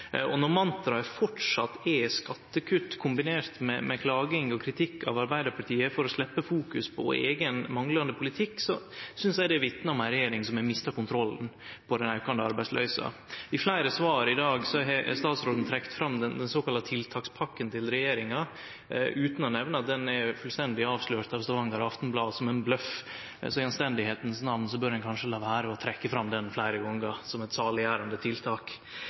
Når mantraet framleis er skattekutt, kombinert med klaging og kritikk av Arbeidarpartiet for å sleppe fokus på eigen manglande politikk, synest eg det vitnar om ei regjering som har mista kontrollen på den aukande arbeidsløysa. I fleire svar i dag har statsråden trekt fram den såkalla tiltakspakka til regjeringa, utan å nemne at pakka er fullstendig avslørt av Stavanger Aftenblad som ein bløff, så i anstendigheitas namn bør ein kanskje la vere å trekkje ho fram fleire gonger som eit saliggjerande tiltak.